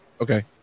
Okay